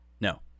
No